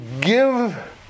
give